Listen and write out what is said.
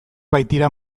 baitira